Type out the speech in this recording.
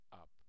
up